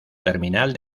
terminal